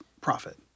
profit